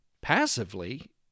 Passively